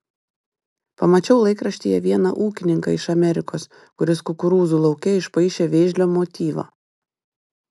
pamačiau laikraštyje vieną ūkininką iš amerikos kuris kukurūzų lauke išpaišė vėžlio motyvą